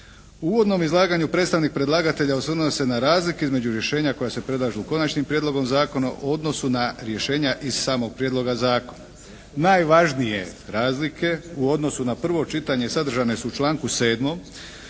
uvodnom izlaganju predstavnik predlagatelja osvrnuo se na razlike između rješenja koja se predlažu konačnim prijedlogom zakona u odnosu na rješenja iz samog prijedloga zakona. Najvažnije razlike u odnosu na prvo čitanje sadržane su u članku 7. koje